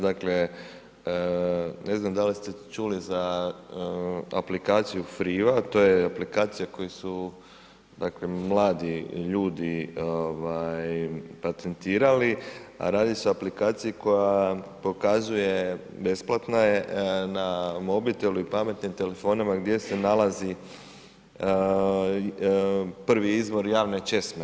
Dakle, ne znam da li ste čuli za aplikaciju Freewa, to je aplikacija koju su mladi ljudi patentirali a radi se o aplikaciji koja pokazuje, besplatna je, na mobitelu i pametnim telefonima gdje se nalazi prvi izvor javne česme.